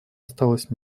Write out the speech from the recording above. осталось